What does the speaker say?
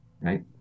right